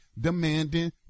demanding